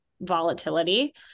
volatility